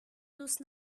دوست